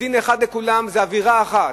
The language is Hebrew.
דין אחד לכולם, זאת עבירה אחת.